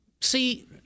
See